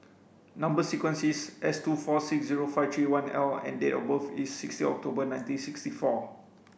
number sequence is S two four six zero five three one L and date of birth is sixteen October nineteen sixty four